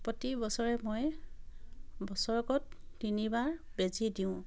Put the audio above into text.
প্ৰতি বছৰে মই বছৰেকত তিনিবাৰ বেজী দিওঁ